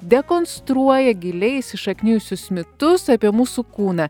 dekonstruoja giliai įsišaknijusius mitus apie mūsų kūną